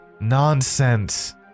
Nonsense